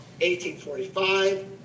1845